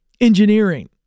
Engineering